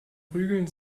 prügeln